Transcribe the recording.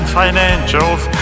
financials